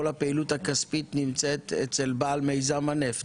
כל הפעילות הכספית נמצאת אצל בעל מיזם הנפט?